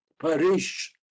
Parish